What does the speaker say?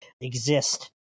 exist